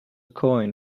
coin